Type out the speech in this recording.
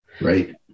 Right